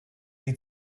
sie